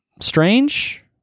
strange